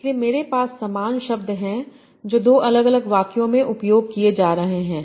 इसलिए मेरे पास समान शब्द हैं जो दो अलग अलग वाक्यों में उपयोग किए जा रहे हैं